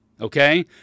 Okay